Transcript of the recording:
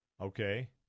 Okay